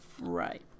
Right